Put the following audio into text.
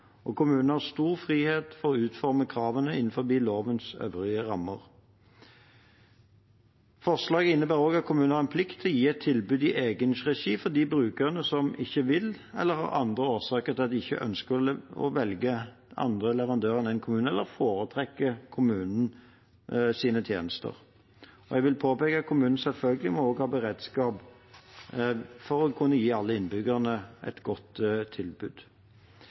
har stor frihet til å utforme kravene innenfor lovens øvrige rammer. Forslaget innebærer også at kommunen har en plikt til å gi et tilbud i egen regi for de brukerne som ikke vil – eller har andre årsaker til at de ikke ønsker det – velge andre leverandører enn kommunen, eller foretrekker kommunens tjenester. Jeg vil påpeke at kommunen selvfølgelig også må ha beredskap for å kunne gi alle innbyggerne et godt tilbud.